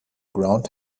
ground